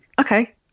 okay